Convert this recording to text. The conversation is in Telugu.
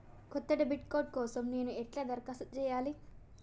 కొత్త డెబిట్ కార్డ్ కోసం నేను ఎట్లా దరఖాస్తు చేయాలి?